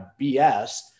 BS